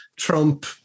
Trump